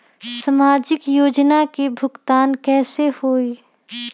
समाजिक योजना के भुगतान कैसे होई?